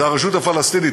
זה הרשות הפלסטינית,